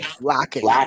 lacking